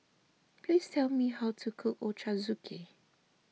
please tell me how to cook Ochazuke